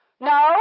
No